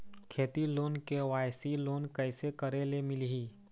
खेती loan KYC loan कइसे करे ले मिलही?